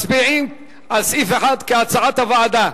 מצביעים על סעיף 1 כהצעת הוועדה.